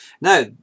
Now